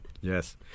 Yes